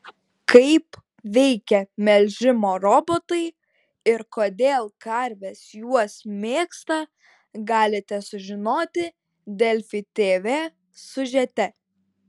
kaip veikia melžimo robotai ir kodėl karves juos mėgsta galite sužinoti delfi tv siužete